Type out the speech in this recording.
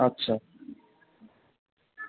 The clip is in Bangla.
আচ্ছা